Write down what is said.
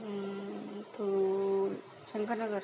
तू Shankar नगर